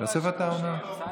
יוסף עטאונה.